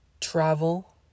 travel